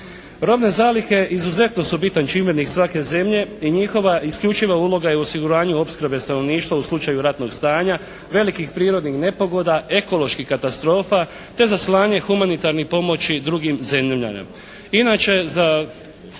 Robni zalihe izuzetan su bitan čimbenik svake zemlje i njihova isključiva uloga je u osiguranju opskrbe stanovništva u slučaju ratnog stanja, velikih prirodnih nepogoda, ekoloških katastrofa te za slanje humanitarne pomoći drugim zemljama.